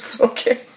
okay